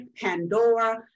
Pandora